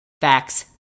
facts